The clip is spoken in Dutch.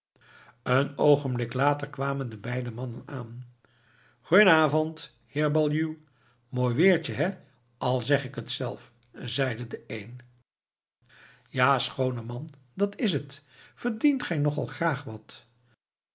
een oogenblik later kwamen de beide mannen aan g'n avond heer baljuw mooi weertje hè al zeg ik het zelf zeide de een ja schooneman dat is het verdient gij nog al graag wat